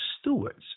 stewards